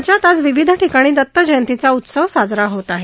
राज्यात आज विविध ठिकाणी दत्त जयंतीचा उत्सव साजरा होत आहे